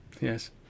yes